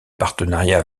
partenariat